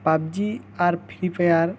PUBG ᱟᱨ ᱯᱷᱤᱨᱤ fire